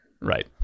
right